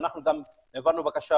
אנחנו גם העברנו בקשה